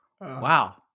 Wow